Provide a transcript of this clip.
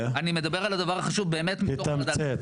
אני מדבר על הדבר החשוב באמת מתוך --- תתמצת,